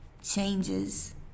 changes